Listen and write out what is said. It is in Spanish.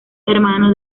hermano